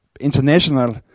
international